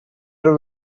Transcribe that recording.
der